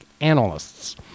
analysts